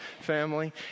family